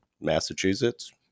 Massachusetts